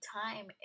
time